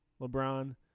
LeBron